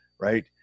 right